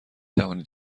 توانید